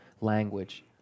language